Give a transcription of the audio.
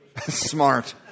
Smart